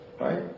right